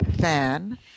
fan